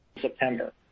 September